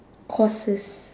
courses